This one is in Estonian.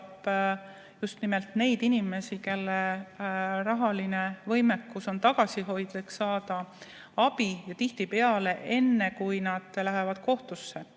just nimelt nendel inimestel, kelle rahaline võimekus on tagasihoidlik, saada abi tihtipeale enne, kui nad lähevad kohtusse.